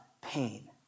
pain